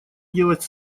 делать